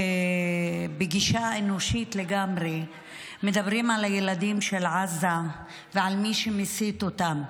בגישה אנושית לגמרי מדברים על הילדים של עזה ועל מי שמסית אותם.